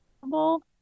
possible